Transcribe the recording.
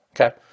Okay